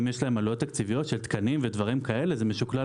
אם יש להם עלויות תקציביות של תקנים ודברים כאלה זה משוקלל מראש.